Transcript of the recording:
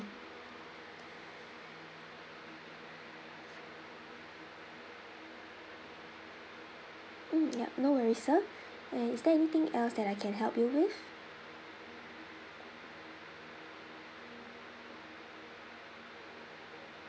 mm ya no worries sir uh is there anything else that I can help you with